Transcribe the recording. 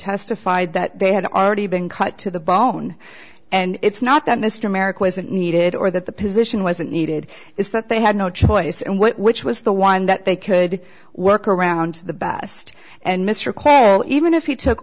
testified that they had already been cut to the bone and it's not that mr merrick wasn't needed or that the position wasn't needed is that they had no choice in which was the one that they could work around the best and mr cole even if he took